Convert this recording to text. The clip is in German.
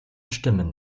stimmen